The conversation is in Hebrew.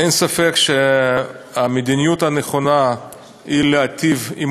אין ספק שהמדיניות הנכונה היא להיטיב עם